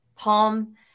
Palm